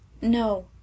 No